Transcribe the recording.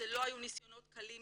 אלה לא היו ניסיונות קלים,